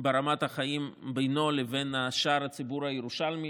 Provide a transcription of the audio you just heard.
ברמת החיים בינו לבין שאר הציבור הירושלמי.